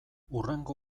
hurrengo